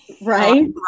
Right